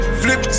flip